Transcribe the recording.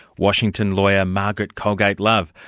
washington lawyer, margaret colgate love.